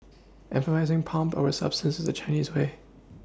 emphasising pomp over substance is the Chinese way